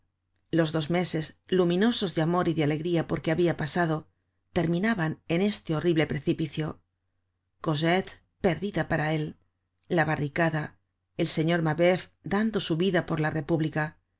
los dos meses luminosos de amor y de alegría porque habia pasado terminaban en este horrible precipicio cosette perdida para él la barricada el señor mabeuf dando su vida por la república